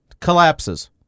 collapses